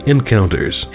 Encounters